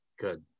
Good